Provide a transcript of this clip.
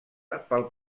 pel